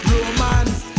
Romance